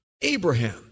Abraham